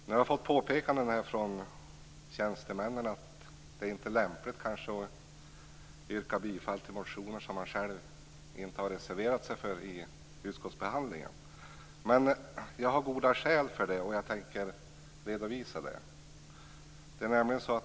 Jag har fått påpekanden från tjänstemännen om att det kanske inte är lämpligt att yrka bifall till motioner som man inte själv har reserverat sig för i utskottsbehandlingen. Men jag har goda skäl att göra det, och de tänker jag redovisa.